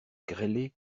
grêlé